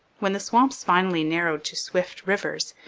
when the swamps finally narrowed to swift rivers,